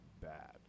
bad